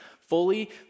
fully